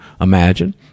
imagine